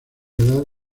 edad